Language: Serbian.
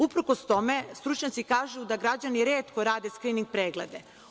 Uprkos tome, stručnjaci kažu da građani retko rade skrining preglede.